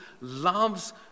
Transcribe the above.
loves